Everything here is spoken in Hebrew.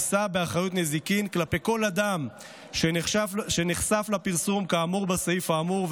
יישא באחריות בנזיקין כלפי כל אדם שנחשף לפרסום כאמור בסעיף האמור,